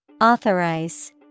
Authorize